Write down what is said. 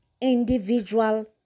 individual